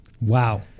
Wow